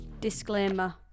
Disclaimer